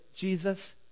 Jesus